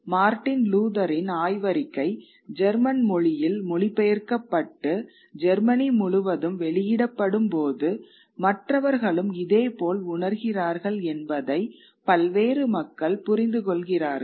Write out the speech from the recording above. Martin லூதரின் ஆய்வறிக்கை German மொழியில் மொழிபெயர்க்கப்பட்டு ஜெர்மனி முழுவதும் வெளியிடப்படும் போது மற்றவர்களும் இதேபோல் உணர்கிறார்கள் என்பதை பல்வேறு மக்கள் புரிந்துகொள்கிறார்கள்